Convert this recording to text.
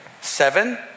Seven